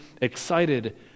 excited